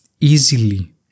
easily